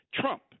Trump